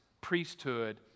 priesthood